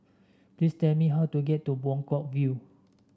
please tell me how to get to Buangkok View